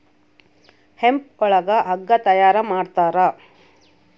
hemp ಒಳಗ ಹಗ್ಗ ತಯಾರ ಮಾಡ್ತಾರ